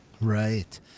Right